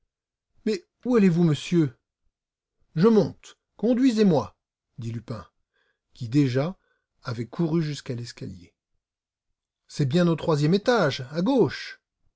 mais où allez-vous monsieur je monte conduisez-moi dit lupin qui déjà avait couru jusqu'à l'escalier c'est bien au troisième étage à gauche